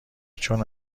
چون